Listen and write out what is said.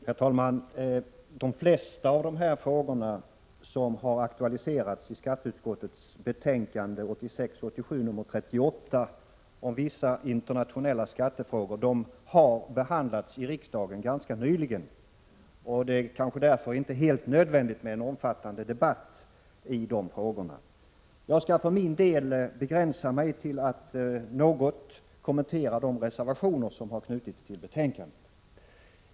Herr talman! De flesta frågor som aktualiseras i skatteutskottets betänkande 1986/87:38 om vissa internationella skattefrågor har ganska nyligen behandlats i riksdagen. Det är kanske därför inte helt nödvändigt med en omfattande debatt om dessa frågor. Jag skall för min del begränsa mig till att något kommentera de reservationer som har knutits till betänkandet.